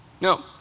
no